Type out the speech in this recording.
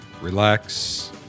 Relax